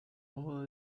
modo